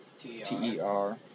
T-E-R